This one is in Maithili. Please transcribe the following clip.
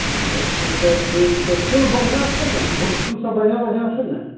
अच्छा तऽ चलऽ ठीक छै फूल बढ़िआँ छै ने फूल फूलसब बढ़िआँ बढ़िआँ छै ने